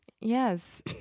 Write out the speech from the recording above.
Yes